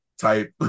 type